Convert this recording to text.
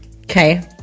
Okay